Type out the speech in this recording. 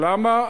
למה,